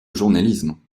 journalisme